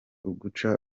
uguca